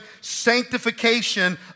sanctification